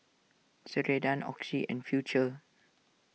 Ceradan Oxy and Futuro